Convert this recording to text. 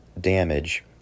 damage